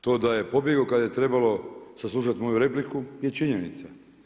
To da je pobjegao kada je trebalo saslušati moju repliku je činjenica.